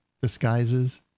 disguises